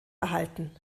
erhalten